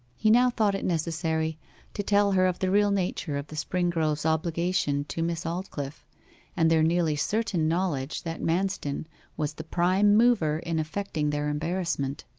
he now thought it necessary to tell her of the real nature of the springroves' obligation to miss aldclyffe and their nearly certain knowledge that manston was the prime mover in effecting their embarrassment.